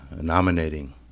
nominating